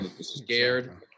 Scared